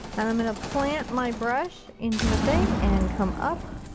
and i'm gonna plant my brush into the thing and come up.